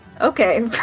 Okay